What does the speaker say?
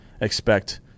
expect